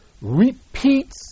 repeats